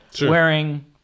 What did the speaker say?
wearing